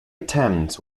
attempts